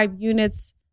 units